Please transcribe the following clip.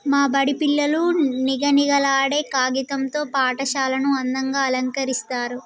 మా బడి పిల్లలు నిగనిగలాడే కాగితం తో పాఠశాలను అందంగ అలంకరిస్తరు